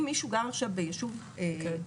אם מישהו גר עכשיו ביישוב דרוזי,